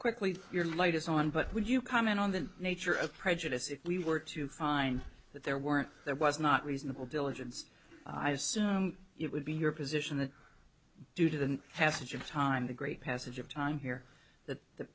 quickly your latest on but would you comment on the nature of prejudice if we were to find that there weren't there was not reasonable diligence i assume it would be your position that due to the passage of time the great passage of time here that